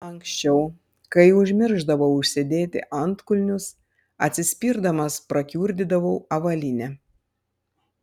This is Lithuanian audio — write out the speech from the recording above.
anksčiau kai užmiršdavau užsidėti antkulnius atsispirdamas prakiurdydavau avalynę